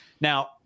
Now